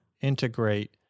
integrate